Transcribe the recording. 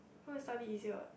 home you study easier what